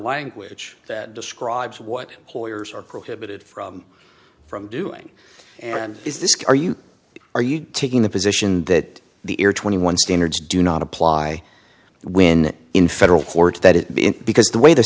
language that describes what employers are prohibited from from doing and is this car you are you taking the position that the air twenty one standards do not apply when in federal courts that it be because the way the